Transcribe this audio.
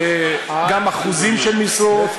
גם אחוזים של משרות,